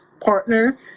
partner